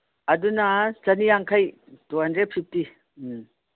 ꯑꯗꯨꯅ ꯆꯅꯤ ꯌꯥꯡꯈꯩ ꯇꯨ ꯍꯟꯗ꯭ꯔꯦꯠ ꯐꯤꯞꯇꯤ ꯎꯝ